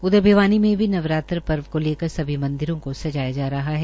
उधर भिवानी में भी नवरात्रे पर्व को लेकर सभी मंदिरों को सजाया जा रहा है